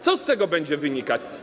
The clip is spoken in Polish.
Co z tego będzie wynikać?